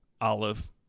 Olive